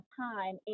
time